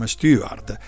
Stewart